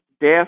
death